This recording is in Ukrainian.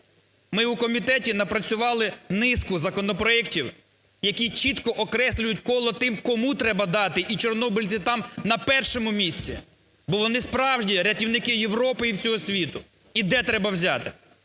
Ми у комітеті напрацювали низку законопроектів, які чітко окреслюють коло тих, кому треба дати, і чорнобильці там на першому місці, бо вони справжні рятівники Європи і всього світу, і де треба взяти.